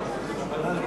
ההסתייגות של שר המשפטים